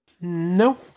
No